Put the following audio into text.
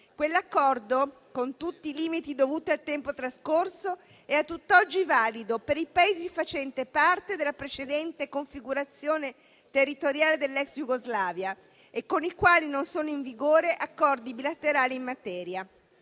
Quell'Accordo, con tutti i limiti dovuti al tempo trascorso, è tutt'oggi valido per i Paesi facenti parte della precedente configurazione territoriale dell'ex Jugoslavia e con i quali non sono in vigore accordi bilaterali in materia.